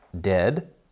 Dead